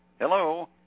Hello